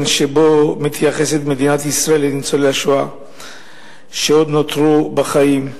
שבו מתייחסת מדינת ישראל לניצולי השואה שעוד נותרו בחיים.